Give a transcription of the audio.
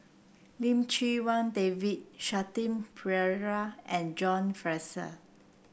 Lim Chee Wai David Shanti Pereira and John Fraser